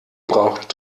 braucht